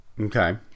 Okay